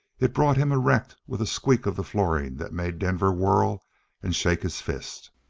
it brought him erect with a squeak of the flooring that made denver whirl and shake his fist.